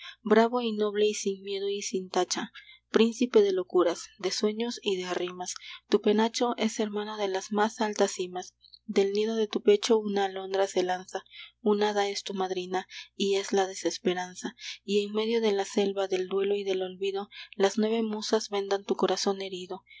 bravo y noble y sin miedo y sin tacha príncipe de locuras de sueños y de rimas tu penacho es hermano de las más altas cimas del nido de tu pecho una alondra se lanza un hada es tu madrina y es la desesperanza y en medio de la selva del duelo y del olvido las nueve musas vendan tu corazón herido